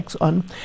on